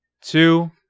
two